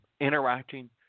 interacting